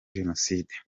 jenoside